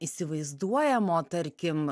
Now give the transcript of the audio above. įsivaizduojamo tarkim